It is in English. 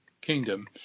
kingdom